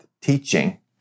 teaching